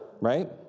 right